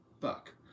fuck